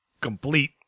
complete